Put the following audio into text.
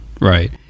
Right